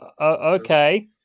okay